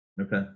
okay